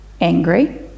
angry